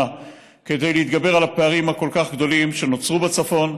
כדי להתגבר על הפערים הכל-כך גדולים שנוצרו בצפון,